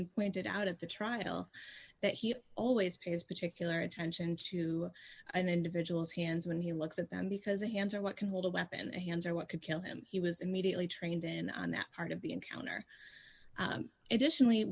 christianson pointed out at the trial that he always pays particular attention to an individual's hands when he looks at them because the hands are what can hold a weapon and hands are what could kill him he was immediately trained in on that part of the encounter additionally